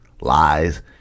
lies